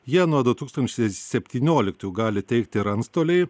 ją nuo du tūkstančiai septynioliktųjų gali teikti ir antstoliai